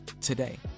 today